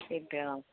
ഇല്ല